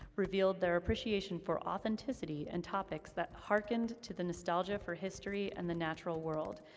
revealed their appreciation for authenticity, and topics that hearkened to the nostalgia for history and the natural world,